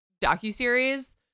docuseries